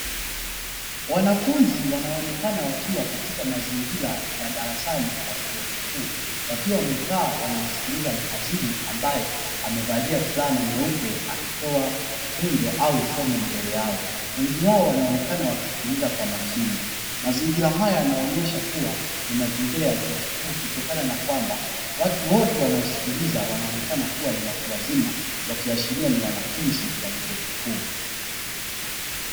Wanafunzi wanaonekana katika mazingira ya darasani ya chuo kikuu wakiwa wamekaa wanamsikiliza muhadhiri ambaye amevalia fulana nyeupe akitoa funzo au somo mbele yao. Wengi wanaonekana wakisikiliza kwa makini. Mazingira hayo yanaonesha kuwa ni mazingira ya chuo kikuu kutokana na kwamba, watu wote wanaosikiliza wanaonekana ni watu wazima wakiashiria ni wanafunzi wa chuo kikuu.